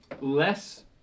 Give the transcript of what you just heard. less